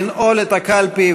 לנעול את הקלפי,